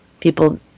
people